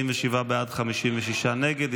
47 בעד, 56 נגד.